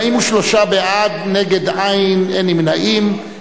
43 בעד, נגד, אין, אין נמנעים.